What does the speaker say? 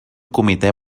comitè